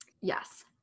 yes